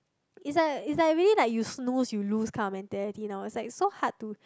it's like it's like really like you snooze you lose kind of mentality you know it's like so hard to